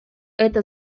это